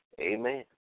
Amen